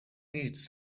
needs